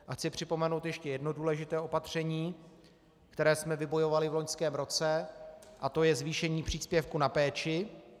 A chci připomenout ještě jedno důležité opatření, které jsme vybojovali v loňském roce, tj. zvýšení příspěvku na péči.